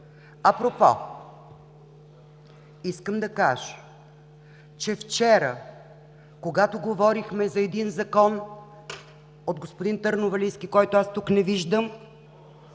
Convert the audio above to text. Апропо, искам да кажа, че вчера, когато говорихме за един закон от господин Търновалийски, когото аз не виждам